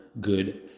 good